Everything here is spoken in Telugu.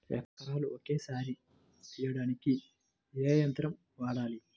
ఎకరాలు ఒకేసారి వేయడానికి ఏ యంత్రం వాడాలి?